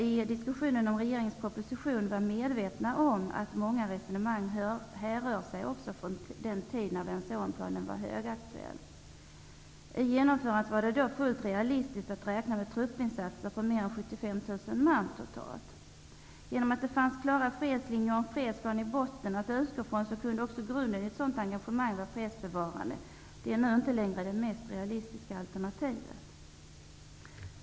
I diskussionen om regeringens proposition måste vi vara medvetna om att många resonemang också härrör sig från den tid då Vance--Owen-planen var högaktuell. I genomförandet var det då fullt realistiskt att räkna med truppinsatser på mer än 75 000 man totalt. Eftersom det fanns klara fredslinjer och en fredsplan i botten att utgå från så kunde också grunden i ett sådant engagemang vara fredsbevarande. Det är inte längre det mest realistiska alternativet.